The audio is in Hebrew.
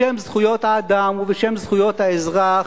בשם זכויות האדם ובשם זכויות האזרח,